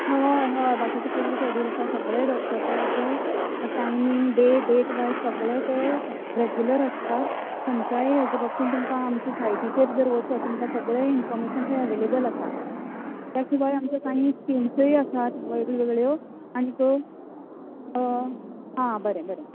होय होय बाकीचें फुल्ल स्केडूल आसा सगळे डॉक्टर्स आसा जे टाइमिंग डॅ डेट वाय्ज सगळे ते रेग्युलर आसतात खंयच्याय हेज्या बाबतीन तुमका आमचे साइटीचेर जर वचत तुमका सगळें इन्फॉर्मेशन थंय अवेलबल आसा त्या शिवाय आमचे काय स्किमसूय आसात वेगळ्यो वेगळ्यो आनी आं बरें बरें